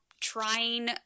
trying